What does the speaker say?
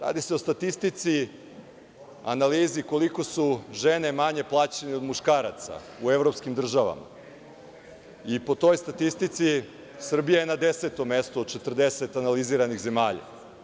Radi se o statistici i analizi koliko su žene manje plaćene od muškaraca u evropskim državama, i po toj statistici Srbija je na 10. mestu od 40 analiziranih zemalja.